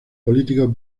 político